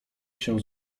się